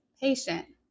patient